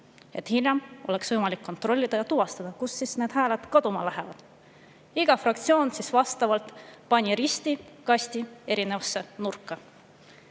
et hiljem oleks võimalik kontrollida ja tuvastada, kus siis need hääled kaduma lähevad. Iga fraktsioon pani risti kasti erinevasse nurka.